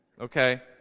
okay